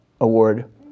award